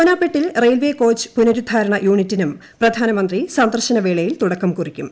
സോനാപെട്ടിൽ railway coach പുനരുദ്ധാരണ യൂണിറ്റിനും പ്രധാനമന്ത്രി സന്ദർശന വേളയിൽ തുടക്കം കുറിക്കും